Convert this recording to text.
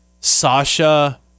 Sasha